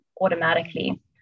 automatically